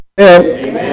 Amen